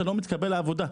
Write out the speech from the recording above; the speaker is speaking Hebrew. אתה לא מתקבל לעבודה.